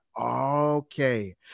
okay